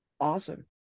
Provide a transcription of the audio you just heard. awesome